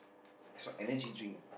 is what energy drink ah